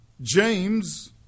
James